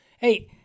Hey